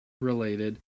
related